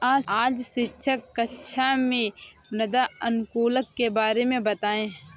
आज शिक्षक कक्षा में मृदा अनुकूलक के बारे में बताएं